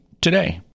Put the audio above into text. Today